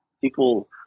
people